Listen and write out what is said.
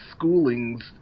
schoolings